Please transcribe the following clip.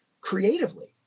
creatively